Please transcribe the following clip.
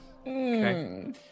Okay